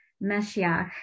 messiah